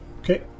Okay